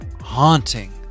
haunting